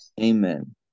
Amen